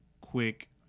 quick